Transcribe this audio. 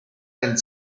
del